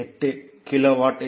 4318 kilowatt